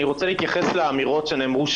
אני רוצה להתייחס לאמירות שנאמרו,